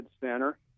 center